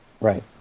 right